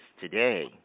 today